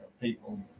people